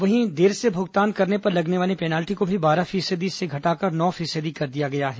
वहीं देर से भुगतान करने पर लगने वाली पेनाल्टी को बारह फीसदी से नो फीसदी कर दिया गया है